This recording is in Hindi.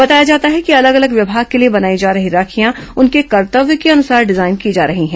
बताया जाता है कि अलग अलग विभाग के लिए बनाई जा रही राखियां उनके कर्तव्य के अनुसार डिजाइन की जा रही हैं